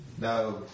No